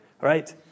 right